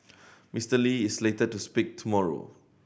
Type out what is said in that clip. Mister Lee is slated to speak tomorrow